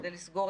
תעודת